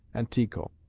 and tycho.